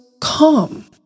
calm